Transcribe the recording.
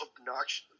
obnoxious